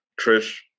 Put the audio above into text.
Trish